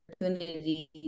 opportunity